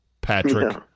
Patrick